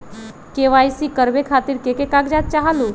KYC करवे खातीर के के कागजात चाहलु?